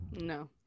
No